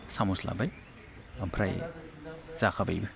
सामस लाबाय ओमफ्राय जाखाबायबो